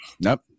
nope